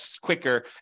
quicker